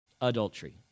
Adultery